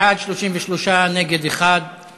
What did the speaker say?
בעד, 33, נגד, 1,